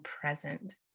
present